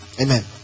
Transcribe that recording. Amen